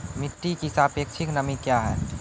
मिटी की सापेक्षिक नमी कया हैं?